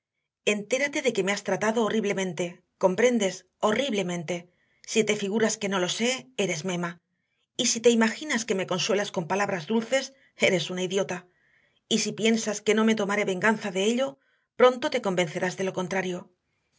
entérate de que me has tratado horriblemente comprendes horriblemente si te figuras que no lo sé eres mema y si te imaginas que me consuelas con palabras dulces eres una idiota y si piensas que no me tomaré venganza de ello pronto te convencerás de lo contrario